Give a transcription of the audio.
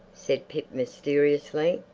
said pip mysteriously,